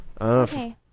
Okay